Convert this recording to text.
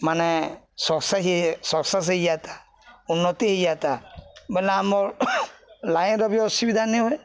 ମାନେ ସସ ସସେସ୍ ହେଇଯାତା ଉନ୍ନତି ହେଇଯାତା ବଲେ ଆମର୍ ଲାଇନର ବି ଅସୁବିଧା ନି ହଏ